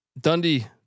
Dundee